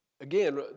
again